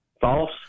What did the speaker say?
False